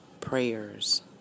prayers